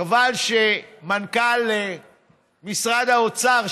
חבל שמנכ"ל משרד האוצר,